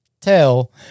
tell